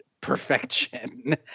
perfection